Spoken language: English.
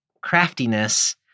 craftiness